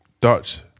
dutch